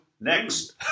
next